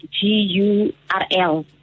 G-U-R-L